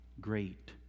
great